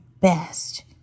best